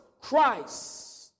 Christ